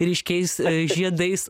ryškiais žiedais